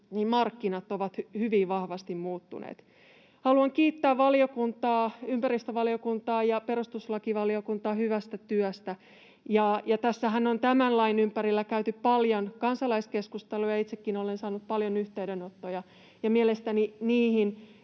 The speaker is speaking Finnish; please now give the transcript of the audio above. markkinat ovat hyvin vahvasti muuttuneet. Haluan kiittää ympäristövaliokuntaa ja perustuslakivaliokuntaa hyvästä työstä. Tässähän on tämän lain ympärillä käyty paljon kansalaiskeskustelua, ja itsekin olen saanut paljon yhteydenottoja, ja mielestäni niihin